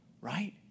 right